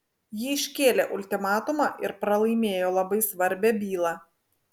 ji iškėlė ultimatumą ir pralaimėjo labai svarbią bylą